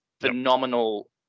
Phenomenal